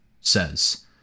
says